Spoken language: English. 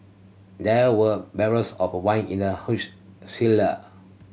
there were barrels of wine in the huge cellar